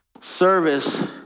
service